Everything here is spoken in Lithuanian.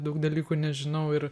daug dalykų nežinau ir